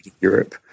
Europe